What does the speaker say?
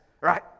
right